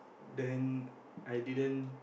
then I didn't